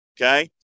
Okay